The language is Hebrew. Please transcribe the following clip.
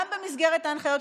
גם במסגרת ההנחיות,